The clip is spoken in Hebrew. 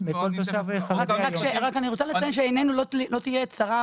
רק אני רוצה לציין שעינינו לא תהיה צרה